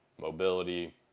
mobility